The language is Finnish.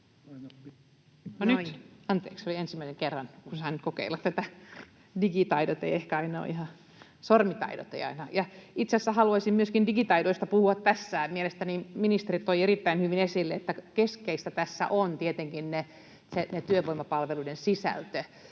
Anteeksi, se oli ensimmäinen kerta, kun sain kokeilla tätä. Digitaidot eivät ehkä aina ole ihan, sormitaidot eivät aina... Itse asiassa haluaisin myöskin tässä puhua digitaidoista. Mielestäni ministeri toi erittäin hyvin esille, että keskeistä tässä on tietenkin se työvoimapalveluiden sisältö.